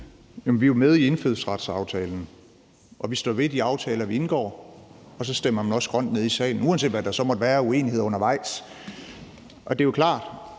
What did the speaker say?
vi er jo med i indfødsretsaftalen, og vi står ved de aftaler, vi indgår, og så stemmer man også grønt nede i salen, uanset hvad der så måtte være af uenigheder undervejs. Og det er jo klart,